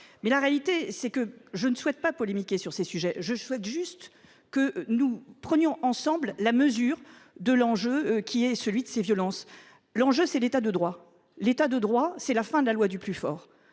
Mais la réalité c'est que je ne souhaite pas polémiquer sur ces sujets. Je souhaite juste que nous prenions ensemble la mesure de l'enjeu qui est celui de ces violences. L'enjeu c'est l'état de droit. L'État de droit, c'est la fin de la loi du plus fort.